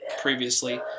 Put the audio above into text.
previously